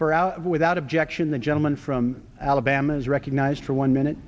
for out without objection the gentleman from alabama is recognized for one minute